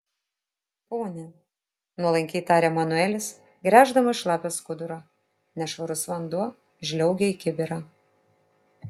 pone nuolankiai tarė manuelis gręždamas šlapią skudurą nešvarus vanduo žliaugė į kibirą